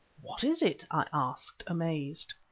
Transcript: what is it? i asked, amazed.